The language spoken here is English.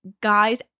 guys